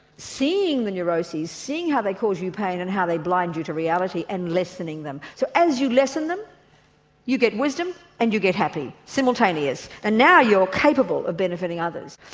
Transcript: seeing the neuroses, seeing how they cause you pain and how they blind you to reality, and lessening them. so as you lessen them you get wisdom and you get happy simultaneous. and now you're capable of benefiting others.